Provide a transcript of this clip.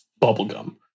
bubblegum